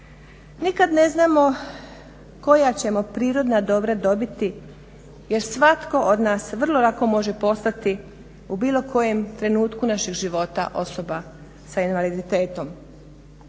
Nikad ne znamo koja ćemo prirodna dobra dobiti jer svatko od nas vrlo lako može postati u bilo kojem trenutku našeg života osoba s invaliditetom.